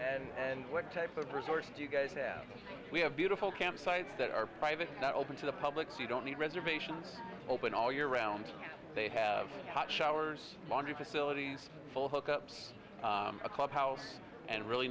are and what type of resort you guys have we have beautiful campsites that are private not open to the public so you don't need reservations open all year round they have hot showers laundry facilities full hookups a clubhouse and really